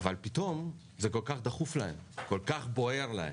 פתאום זה כל כך דחוף להם, כל כך בוער להם.